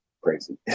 crazy